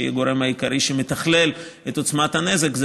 שהיא הגורם העיקרי שמתכלל את עוצמת הנזק,